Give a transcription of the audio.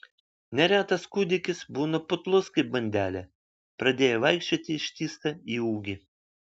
neretas kūdikis būna putlus kaip bandelė pradėję vaikščioti ištįsta į ūgį